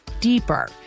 deeper